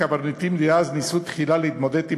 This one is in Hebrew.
הקברניטים דאז ניסו תחילה להתמודד עם